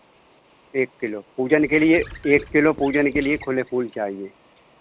एक किलो पूजन के लिए एक किलो पूजन के लिए खुले फूल चाहिए